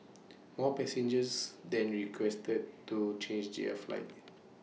more passengers then requested to change their flights